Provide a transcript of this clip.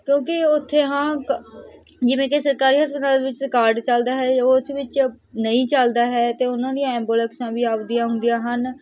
ਕਿਉਂਕਿ ਉੱਥੇ ਹਾਂ ਕ ਜਿਵੇਂ ਕਿ ਸਰਕਾਰੀ ਹਸਪਤਾਲਾਂ ਵਿੱਚ ਤਾਂ ਕਾਰਡ ਚੱਲਦਾ ਹੈ ਉਹ ਵਿੱਚ ਨਹੀਂ ਚੱਲਦਾ ਹੈ ਅਤੇ ਉਹਨਾਂ ਦੀ ਐਬੂਲੈਂਸਾਂ ਵੀ ਆਪਣੀਆਂ ਆਉਂਦੀਆਂ ਹਨ